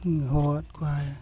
ᱦᱚᱦᱚᱣᱟᱫ ᱠᱚᱣᱟᱭ